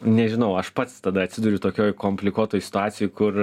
nežinau aš pats tada atsiduriu tokioj komplikuotoj situacijoj kur